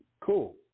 cool